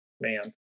man